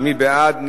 מי בעד?